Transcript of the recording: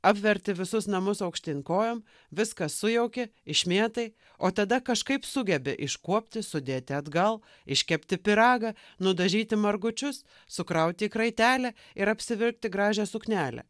apverti visus namus aukštyn kojom viską sujauki išmėtai o tada kažkaip sugebi iškuopti sudėti atgal iškepti pyragą nudažyti margučius sukrauti į kraitelę ir apsivilkti gražią suknelę